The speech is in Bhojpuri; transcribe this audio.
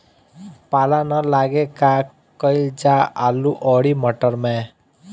पाला न लागे का कयिल जा आलू औरी मटर मैं?